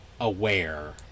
aware